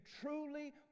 truly